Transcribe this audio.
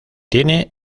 tiene